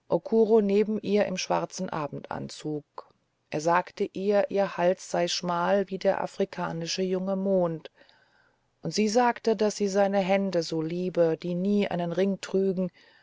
neben ihr im schwarzen abendanzug er sagte ihr ihr hals sei schmal wie der afrikanische junge mond und sie sagte daß sie seine hände so liebe die nie einen ring trügen